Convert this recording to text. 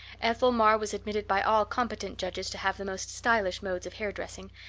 ethel marr was admitted by all competent judges to have the most stylish modes of hair-dressing,